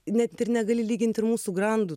net ir negali lygint ir mūsų grandų